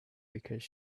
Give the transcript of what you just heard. because